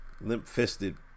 limp-fisted